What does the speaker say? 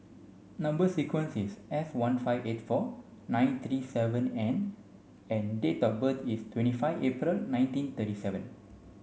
number sequence is S one five eight four nine three seven N and date of birth is twenty five April nineteen thirty seven